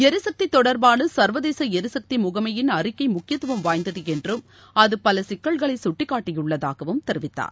எரிசக்தி தொடர்பான சர்வதேச எரிசக்தி முகமையின் அறிக்கை முக்கியத்துவம் வாயந்தது என்றும் அது பல சிக்கல்களை சுட்டிக்காட்டியுள்ளதாகவும் தெரிவித்தார்